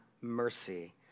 mercy